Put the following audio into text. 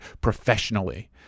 professionally